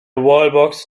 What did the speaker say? wallbox